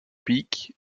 peak